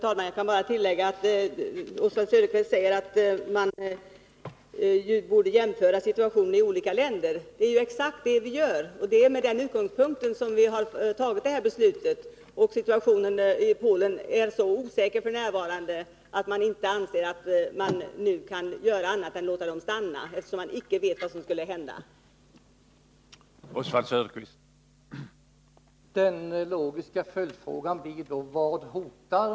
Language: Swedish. ensav flykting: Herr talman! Oswald Söderqvist säger att man borde jämföra situationen i ärenden olika länder. Men det är exakt det vi gör. Och det är med den utgångspunkten som vi har fattat vårt beslut. Situationen i Polen är f. n. så osäker att vi inte anser att vi nu kan göra annat än att låta polackerna stanna. Vi vet inte vad som skulle hända dem om de återvände.